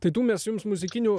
tai tų mes jums muzikinių